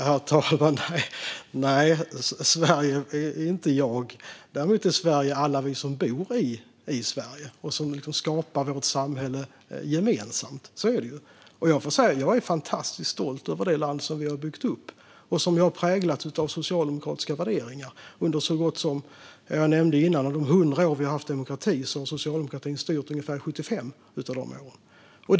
Herr talman! Nej, Sverige är inte jag. Däremot är Sverige alla vi som bor i Sverige och som skapar vårt samhälle gemensamt. Så är det. Jag är fantastiskt stolt över det land som vi har byggt upp och som länge har präglats av socialdemokratiska värderingar. Som jag nämnde tidigare har socialdemokratin styrt i ungefär 75 av de 100 år som vi haft demokrati.